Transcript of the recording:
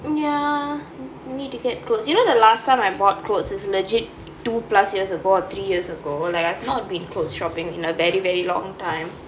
ya need to get clothes you know the last time I bought clothes is legit two plus years ago or three years ago like I've not been clothes shopping in a very very long time